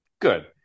good